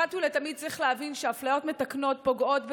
אחת ולתמיד צריך להבין שאפליות מתקנות פוגעות בנשים,